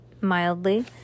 mildly